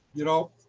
you know,